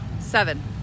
Seven